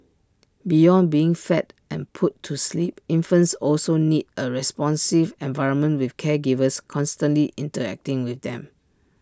beyond being fed and put to sleep infants also need A responsive environment with caregivers constantly interacting with them